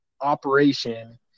operation